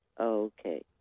Okay